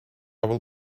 will